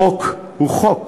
חוק הוא חוק,